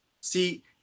See